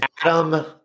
Adam